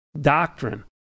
doctrine